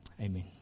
Amen